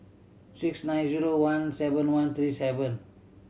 six nine zero one seven one three seven